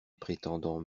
prétendant